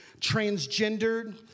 Transgendered